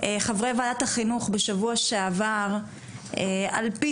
חברי וועדת החינוך בשבוע שעבר על פי